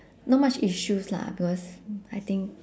not much issues lah because I think